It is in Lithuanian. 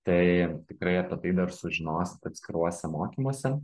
tai tikrai apie tai dar sužinosit atskiruose mokymuose